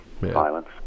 violence